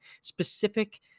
Specific